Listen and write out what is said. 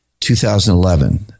2011